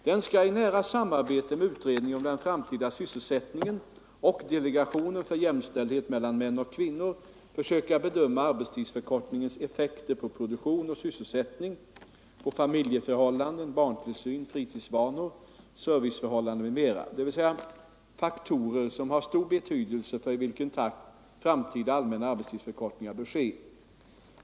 Den skall i nära samarbete med utredningen om den framtida sysselsättningen och delegationen för jämställdhet mellan män och kvinnor försöka bedöma arbetstidsförkortningens effekter på produktion och sysselsättning, på familjeförhållanden, barntillsyn, fritidsvanor, serviceförhållanden m.m., dvs. faktorer som har stor betydelse för i vilken takt framtida allmänna arbetstidsförkortningar bör ske.